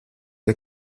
der